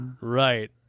Right